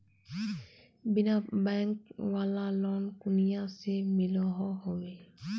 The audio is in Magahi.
बिना बैंक वाला लोन कुनियाँ से मिलोहो होबे?